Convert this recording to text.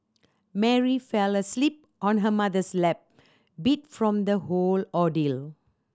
Mary fell asleep on her mother's lap beat from the whole ordeal